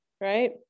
right